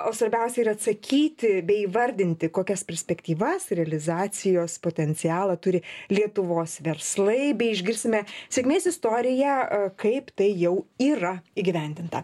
o svarbiausia ir atsakyti bei įvardinti kokias perspektyvas realizacijos potencialą turi lietuvos verslai bei išgirsime sėkmės istoriją kaip tai jau yra įgyvendinta